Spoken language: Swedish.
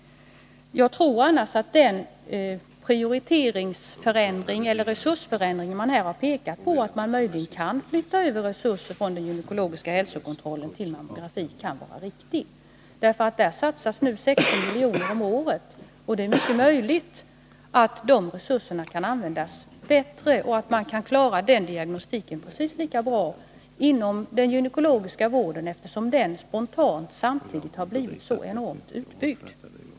Jag tror annars att den resursförändring som man här har pekat på — att resurser möjligen kan flyttas över från den gynekologiska hälsokontrollen till mammografin — kan vara en riktig åtgärd, därför att där satsas nu 60 milj.kr. om året. Det är mycket möjligt att de resurserna kan användas på ett bättre sätt och att man kan klara den diagnostiken precis lika bra inom den gynekologiska vården, eftersom den samtidigt har byggts ut så enormt mycket spontant.